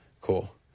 Cool